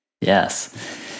Yes